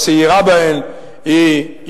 הצעירה היא עירק.